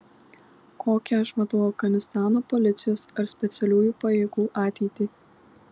kokią aš matau afganistano policijos ar specialiųjų pajėgų ateitį